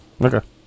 Okay